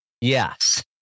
Yes